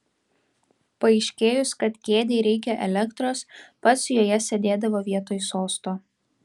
paaiškėjus kad kėdei reikia elektros pats joje sėdėdavo vietoj sosto